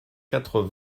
quatre